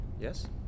Yes